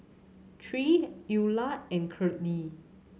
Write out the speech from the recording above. Tre Eula and Curley